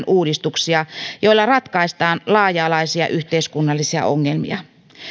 uudistuksia joilla ratkaistaan laaja alaisia yhteiskunnallisia ongelmia